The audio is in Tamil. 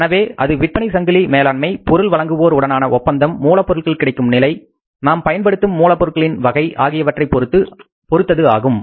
எனவே அது விற்பனை சங்கிலி மேலாண்மை பொருள் வழங்குவோர் உடனான ஒப்பந்தம் மூலப்பொருட்கள் கிடைக்கும் நிலை நாம் பயன்படுத்தும் மூலப்பொருட்களின் வகை ஆகியவற்றை பொறுத்தது ஆகும்